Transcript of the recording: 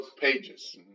pages